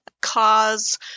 cause